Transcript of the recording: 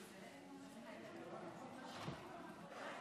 דברים לזכרו של חבר הכנסת לשעבר אילן